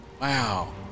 Wow